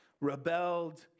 rebelled